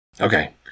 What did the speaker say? Okay